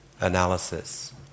analysis